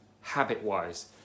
habit-wise